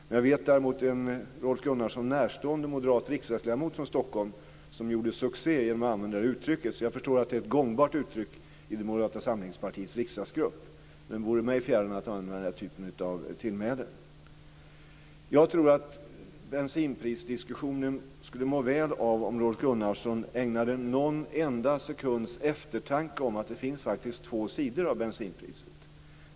Men jag vet däremot en till Rolf Gunnarsson närstående moderat riksdagsledamot från Stockholm som gjorde succé genom att använda det uttrycket, så jag förstår att det är ett gångbart uttryck i det Moderata samlingspartiets riksdagsgrupp. Men det vore mig fjärran att använda den typen av tillmälen. Jag tror att bensinprisdiskussionen skulle må väl av att Rolf Gunnarsson ägnade någon enda sekunds eftertanke om att det faktiskt finns två sidor av bensinpriset.